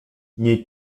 nie